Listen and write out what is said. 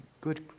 Good